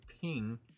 ping